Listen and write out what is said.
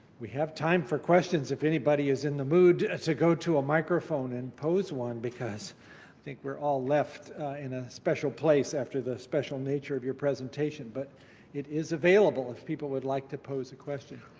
we have time for questions if anybody is in the mood to go to a microphone and pose one because i think we're all left in a special place after the special nature of your presentation. but it is available if people would like to pose a question.